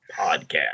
Podcast